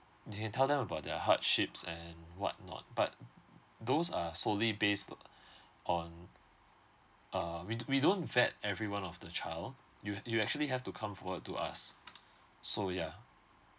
you can tell them about their hardships and what not but those are solely based on err we don~ we don't vet everyone of the child you you actually have to come forward to us so yeah